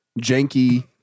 janky